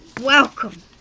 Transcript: welcome